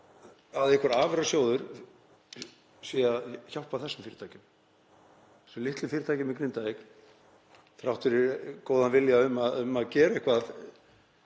að einhver afurðasjóður sé að hjálpa þessum fyrirtækjum, þessum litlu fyrirtækjum í Grindavík, þrátt fyrir góðan vilja um að gera eitthvað,